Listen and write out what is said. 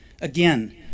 Again